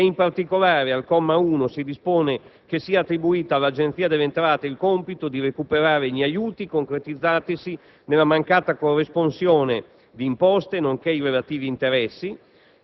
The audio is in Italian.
In particolare, al comma 1, si dispone per che sia attribuita all'Agenzia delle entrate il compito di recuperare gli aiuti concretizzatesi nella mancata corresponsione di imposte, nonché i relativi interessi,